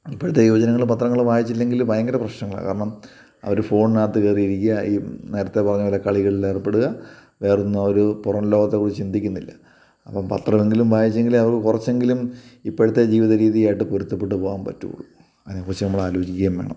ഇപ്പോഴത്തെ യുവജനങ്ങൾ പത്രങ്ങൾ വായിച്ചില്ല എങ്കിൽ ഭയങ്കര പ്രശ്നങ്ങളാണ് കാരണം അവർ ഫോണിന് അകത്ത് കയറിയിരിക്കുക ഈ നേരത്തെ പറഞ്ഞ പോലെ കളികളിൽ ഏർപ്പെടുക വേറെ ഒന്നും അവർ പുറം ലോകത്തെ കുറിച്ച് ചിന്തിക്കുന്നൊല്ല അപ്പം പത്രമെങ്കിലും വായിച്ചെങ്കിലേ അവർക്ക് കുറച്ചെങ്കിലും ഇപ്പോഴത്തെ ജീവിത രീതിയായിട്ട് പൊരുത്ത പെട്ടു പോകാൻ പറ്റുകയുള്ളു അതിനെ ക്റു നമ്മൾ ആലോചിക്കേം വേണം